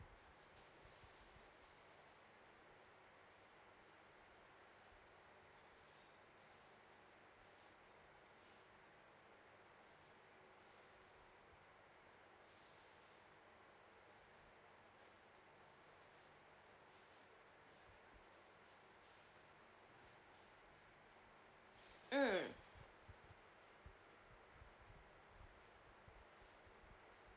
mm